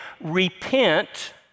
repent